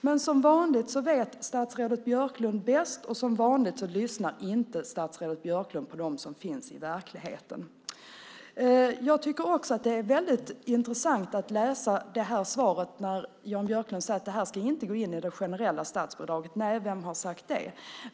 Men som vanligt vet statsrådet Björklund bäst, och som vanligt lyssnar inte statsrådet Björklund på dem som finns i verkligheten. Jag tycker också att det är väldigt intressant att läsa det här svaret, när Jan Björklund säger att det här inte ska gå in i det generella statsbidraget. Nej, vem har sagt det?